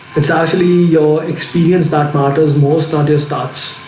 it's actually your experience that matters most artists thoughts.